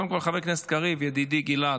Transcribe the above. קודם כול, חבר הכנסת קריב, ידידי גלעד,